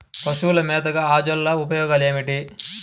పశువుల మేతగా అజొల్ల ఉపయోగాలు ఏమిటి?